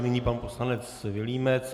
Nyní pan poslanec Vilímec.